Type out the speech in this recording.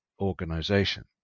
organization